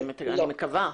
אני מקווה.